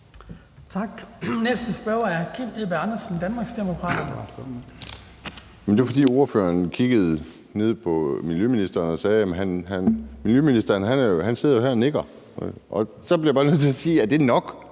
Det var jo, fordi ordføreren kiggede ned på miljøministeren og sagde, at miljøministeren sidder her og nikker, og jeg bliver så bare nødt til at spørge, om det er nok